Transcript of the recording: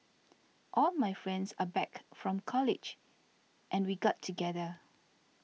all my friends are back from college and we got together